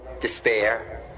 despair